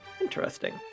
Interesting